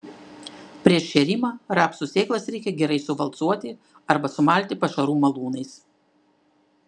prieš šėrimą rapsų sėklas reikia gerai suvalcuoti arba sumalti pašarų malūnais